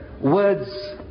words